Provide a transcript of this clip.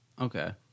okay